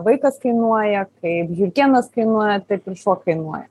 vaikas kainuoja kaip žiurkėnas kainuoja taip ir šuo kainuoja